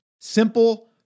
simple